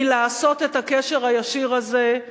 מלעשות את הקשר הישיר הזה.